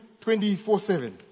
24-7